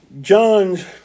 John's